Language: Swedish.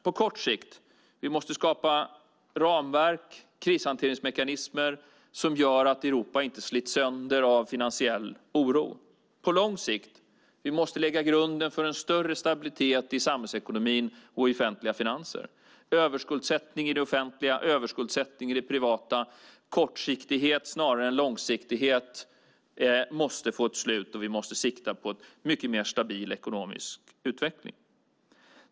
På kort sikt måste vi skapa ramverk och krishanteringsmekanismer som gör att Europa inte slits sönder av finansiell oro. På lång sikt måste vi lägga grunden för en större stabilitet i samhällsekonomin och offentliga finanser. Överskuldsättning i det offentliga, överskuldsättning i det privata och kortsiktighet snarare än långsiktighet måste få ett slut. Vi måste sikta på en mycket mer stabil ekonomisk utveckling.